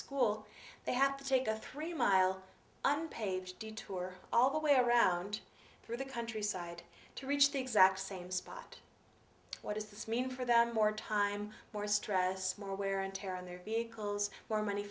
school they have to take a three mile unpaved detour all the way around through the countryside to reach the exact same spot what does this mean for them more time more stress more wear and tear on their vehicles more money